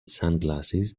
sunglasses